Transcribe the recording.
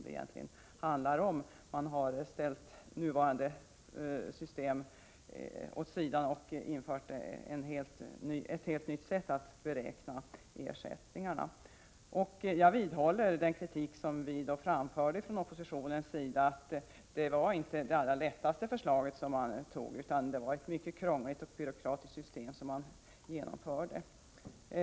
Det nuvarande systemet har ställts åt sidan och ett helt nytt sätt att beräkna ersättningarna har införts. Jag vidhåller den kritik som vi framförde från oppositionens sida, att det inte var det allra enklaste förslaget som antogs, utan det var ett mycket krångligt och byråkratiskt system som genomfördes.